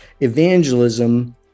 evangelism